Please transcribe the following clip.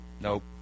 Nope